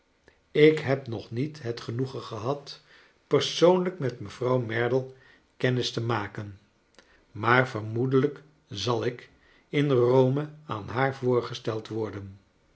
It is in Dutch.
ik heb nog niet het genoegen gehad persoonlijk met mevrouw merdle kennis te maken maar vermoedelijk zal ik in home aan haar voorgesteld worden